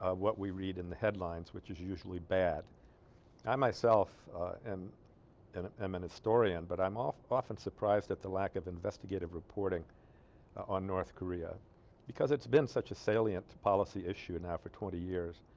what we read in the headlines which is usually bad i myself am and an am an historian but i'm off often surprised at the lack of investigative reporting on north korea because it's been such a salient policy issue and now for twenty years